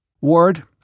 Ward